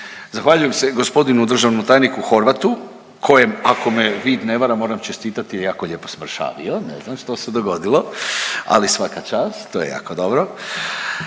Zahvaljujem se gospodinu državnom tajniku Horvatu kojem ako me vid ne vara moram čestitati je jako lijepo smršavio, ne znam što se dogodilo ali svaka čast to je jako dobro.